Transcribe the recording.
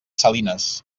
salinas